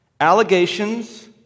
Allegations